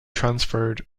transferred